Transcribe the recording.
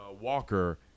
Walker